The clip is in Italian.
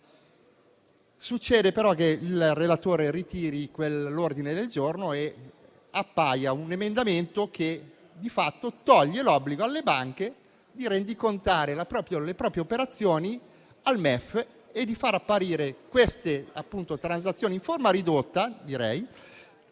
Succede però che la relatrice ritiri quell'ordine del giorno e appaia un emendamento che, di fatto, elimina l'obbligo per le banche di rendicontare le proprie operazioni al MEF e di far apparire quelle transazioni in forma ridotta nella